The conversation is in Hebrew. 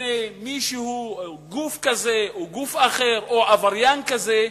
בפני מישהו, גוף כזה או גוף אחר, או עבריין כזה,